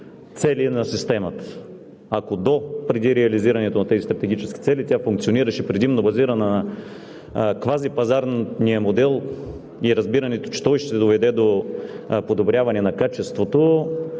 цели на системата. Ако допреди реализирането на тези стратегически цели тя функционираше предимно базирана на квазипазарния модел и разбирането, че той ще доведе до подобряване на качеството,